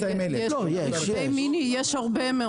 200,000. רכבי מיני יש הרבה.